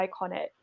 iconic